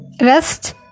Rest